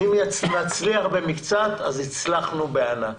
אם נצליח במקצת, הצלחנו בענק.